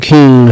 King